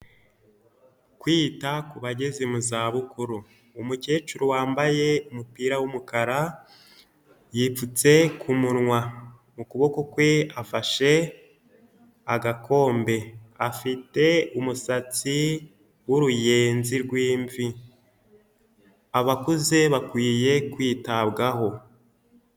Kwita ku bageze mu zabukuru, umukecuru wambaye umupira w'umukara yipfutse ku munwa, mu kuboko kwe afashe agakombe, afite umusatsi w'uruyenzi rw'imvi, abakuze bakwiye kwitabwaho.